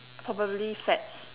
probably fats